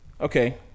Okay